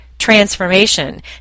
transformation